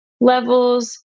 levels